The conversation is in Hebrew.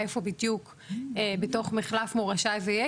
איפה בדיוק בתוך המחלף זה יהיה,